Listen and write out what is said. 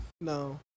No